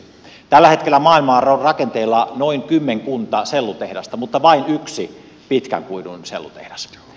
tällä hetkellä maailmaan on rakenteilla kymmenkunta sellutehdasta mutta vain yksi pitkän kuidun sellutehdas